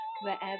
Wherever